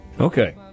Okay